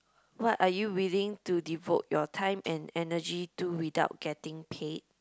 what are you willing to devote your time and energy do without getting paid